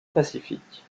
pacifique